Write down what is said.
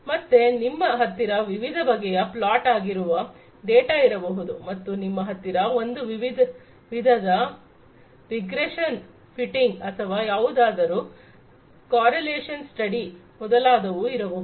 ಮತ್ತೆ ನಿಮ್ಮ ಹತ್ತಿರ ವಿವಿಧ ಬಗೆಯ ಪ್ಲಾಟ್ ಆಗಿರುವ ಡೇಟಾ ಇರಬಹುದು ಮತ್ತು ನಿಮ್ಮ ಹತ್ತಿರ ಒಂದು ವಿಧದ ರಿಗ್ರೆಷನ್ ಫಿಟಿಂಗ್ ಅಥವಾ ಯಾವುದಾದರೂ ಕರೆಲೇಶನ್ ಸ್ಟಡಿ ಮೊದಲಾದವು ಇರಬಹುದು